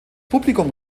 publikum